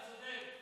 אתה צודק.